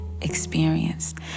experienced